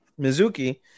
Mizuki